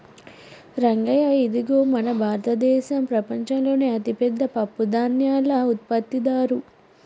రంగయ్య ఇదిగో మన భారతదేసం ప్రపంచంలోనే అతిపెద్ద పప్పుధాన్యాల ఉత్పత్తిదారు